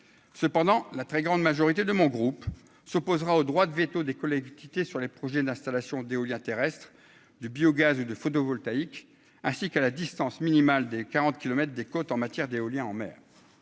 cependant, la très grande majorité de mon groupe s'opposera au droit de véto des collègues quitté sur les projets d'installation d'éolien terrestre du biogaz ou du photovoltaïque, ainsi qu'à la distance minimale des 40 kilomètres des côtes en matière d'éolien en mer,